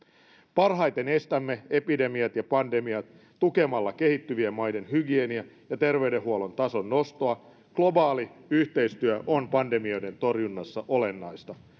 parhaiten estämme epidemiat ja pandemiat tukemalla kehittyvien maiden hygienian ja terveydenhuollon tason nostoa globaali yhteistyö on pandemioiden torjunnassa olennaista